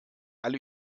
alle